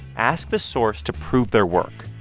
ask the source to prove their work.